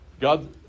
God